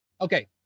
Okay